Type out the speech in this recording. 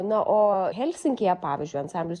na o helsinkyje pavyzdžiui ansamblis